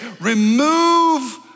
remove